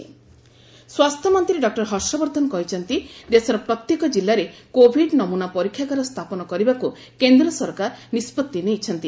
Covid testing facility ସ୍ୱାସ୍ଥ୍ୟମନ୍ତ୍ରୀ doctor Harshvardhan କହିଛନ୍ତି ଦେଶର ପ୍ରତ୍ୟେକ ଜିଲ୍ଲାରେ କୋଭିଡ୍ ନମୁନା ପରୀକ୍ଷାଗାର ସ୍ଥାପନ କରିବାକୁ କେନ୍ଦ୍ର ସରକାର ନିଷ୍ପଭି ନେଇଛନ୍ତି